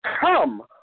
come